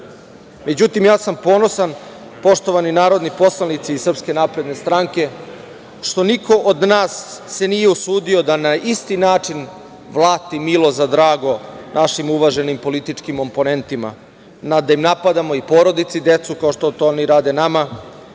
mafije.Međutim, ja sam ponosan, poštovani narodni poslanici iz SNS, što niko od nas se nije usudio da na isti način vrati milo za drago našim uvaženim političkim omponentima, da im napadamo i porodice i decu, kao što to oni rade i nama,